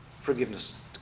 Forgiveness